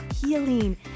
healing